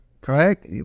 correct